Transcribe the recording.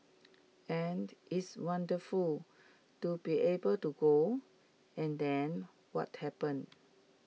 and it's wonderful to be able to go and then what happened